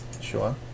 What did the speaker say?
sure